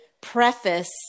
preface